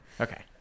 Okay